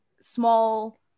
small